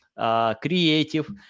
creative